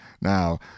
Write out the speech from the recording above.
now